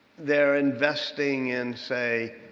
they're investing in say